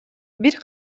бир